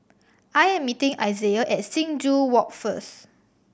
I am meeting Izaiah at Sing Joo Walk first